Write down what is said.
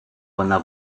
вона